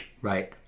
Right